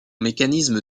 mécanisme